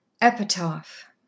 Epitaph